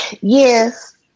Yes